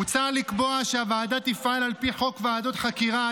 הוצע לקבוע שהוועדה תפעל על פי חוק ועדות חקירה,